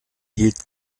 hielt